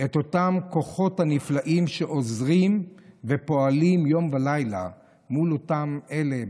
את אותם הכוחות הנפלאים שעוזרים ופועלים יום ולילה מול אותם אלה,